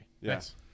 Yes